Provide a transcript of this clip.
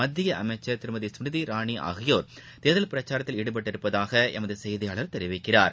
மத்தியஅமைச்சர் திருமதி ஸ்மிருதி இரானிஆகியோர் தேர்தல் பிரச்சாரத்தில் ஈடுபட்டுள்ளதாகளமதுசெய்தியாளர் தெரிவிக்கிறார்